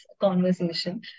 conversation